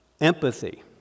empathy